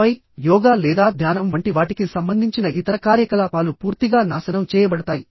ఆపై యోగా లేదా ధ్యానం వంటి వాటికి సంబంధించిన ఇతర కార్యకలాపాలు పూర్తిగా నాశనం చేయబడతాయి